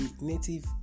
native